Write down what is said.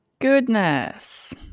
Goodness